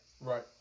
Right